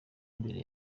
imbere